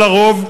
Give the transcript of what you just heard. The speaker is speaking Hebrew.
של הרוב,